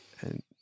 And-